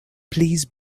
please